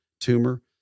tumor